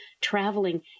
traveling